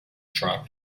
drop